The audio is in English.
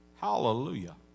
Hallelujah